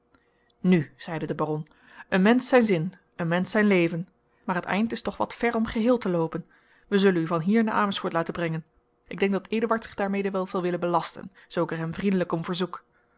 nu zeide de baron een mensch zijn zin een mensch zijn leven maar het eind is toch wat ver om geheel te loopen wij zullen u van hier naar amersfoort laten brengen ik denk dat eduard zich daarmede wel zal willen belasten zoo ik er hem vriendelijk om verzoek